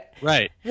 Right